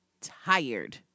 tired